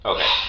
Okay